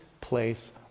place